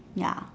ya